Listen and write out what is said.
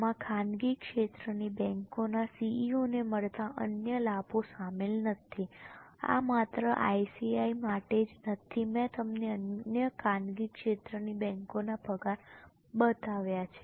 આમાં ખાનગી ક્ષેત્રની બેંકોના CEOને મળતા અન્ય લાભો શામેલ નથી આ માત્ર ICICI માટે જ નથી મેં તમને અન્ય ખાનગી ક્ષેત્રની બેંકોના પગાર બતાવ્યા છે